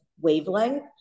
wavelength